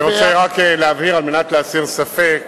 אני רוצה רק להבהיר, על מנת להסיר ספק.